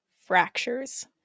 Fractures